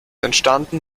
entstanden